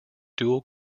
dual